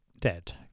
dead